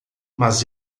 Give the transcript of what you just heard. mas